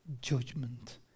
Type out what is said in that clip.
judgment